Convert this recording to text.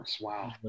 Wow